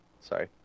Sorry